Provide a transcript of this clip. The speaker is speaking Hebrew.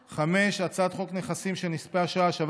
5. הצעת חוק נכסים של נספי השואה (השבה